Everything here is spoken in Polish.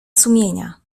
sumienia